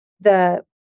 the-